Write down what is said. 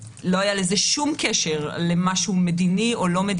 לטורקיה ואנחנו לא רוצים סתם לסגור אם לא צריך.